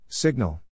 Signal